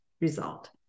result